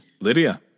Lydia